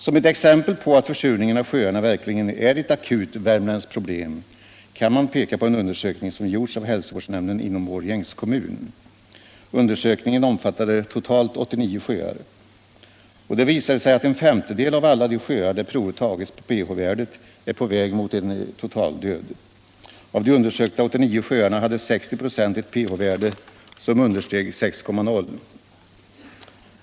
Som ett exempel på att försurningen av sjöarna verkligen är ett akut värmländskt problem kan man peka på en undersökning som gjorts av hälsovårdsnämnden inom Årjängs kommun. Undersökningen omfattade totalt 89 sjöar. Det visade sig att en femtedel av alla de sjöar där prover tagits på pH-värdet är på väg mot en total död. Av de undersökta 89 sjöarna hade 60 96 ett pH-värde som understeg 6,0.